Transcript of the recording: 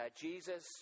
Jesus